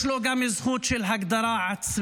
-- שיש לו גם זכות של הגדרה עצמית,